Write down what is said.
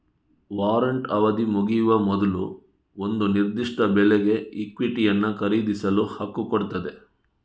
warrant ಅವಧಿ ಮುಗಿಯುವ ಮೊದ್ಲು ಒಂದು ನಿರ್ದಿಷ್ಟ ಬೆಲೆಗೆ ಇಕ್ವಿಟಿಯನ್ನ ಖರೀದಿಸಲು ಹಕ್ಕು ಕೊಡ್ತದೆ